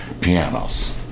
pianos